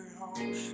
home